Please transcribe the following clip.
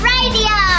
Radio